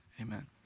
Amen